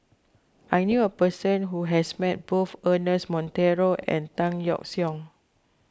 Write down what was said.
I knew a person who has met both Ernest Monteiro and Tan Yeok Seong